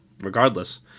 Regardless